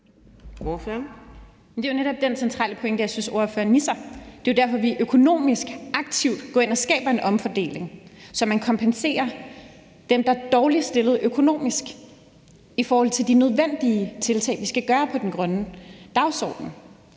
det er jo netop den centrale pointe, jeg synes ordføreren misser; det er jo derfor, vi økonomisk aktivt går ind og skaber en omfordeling, så man kompenserer dem, der er dårligst stillet økonomisk, i forhold til de nødvendige tiltag, vi skal gøre på den grønne dagsorden.